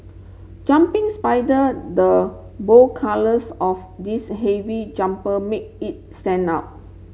jumping spider the bold colours of this heavy jumper made it stand out